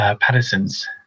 Patterson's